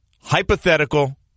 hypothetical